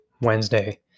Wednesday